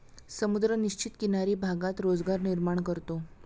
समुद्र निश्चित किनारी भागात रोजगार निर्माण करतो